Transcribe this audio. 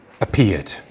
appeared